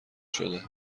شده